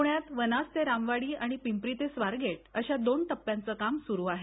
पृण्यात वनाज ते रामवाडी आणि पिंपरी ते स्वारगेट अशा दोन टप्प्यांचं काम सुरु आहे